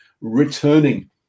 returning